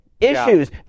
issues